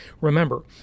Remember